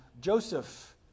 Joseph